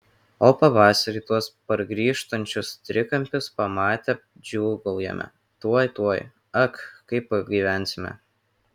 o pavasarį tuos pargrįžtančius trikampius pamatę džiūgaujame tuoj tuoj ak kaip pagyvensime